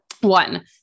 One